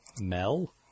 mel